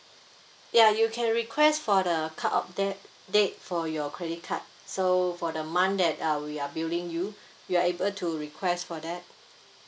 ya you can request for the card update for your credit card so for the month that uh we are billing you you are able to request for that